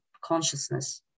consciousness